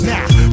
Now